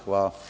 Hvala.